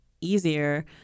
easier